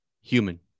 human